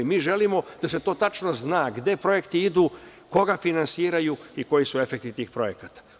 Mi želimo da se to tačno zna gde projekti idu, koga finansiraju i koji su efekti tih projekata.